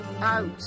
out